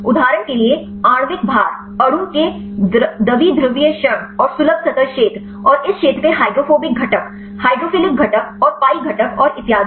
उदाहरण के लिए आणविक भार अणु के द्विध्रुवीय क्षण और सुलभ सतह क्षेत्र और इस क्षेत्र के हाइड्रोफोबिक घटक हाइड्रोफिलिक घटक और पाई घटक और इतियादी